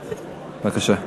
בבקשה.